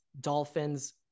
Dolphins